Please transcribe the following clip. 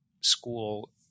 school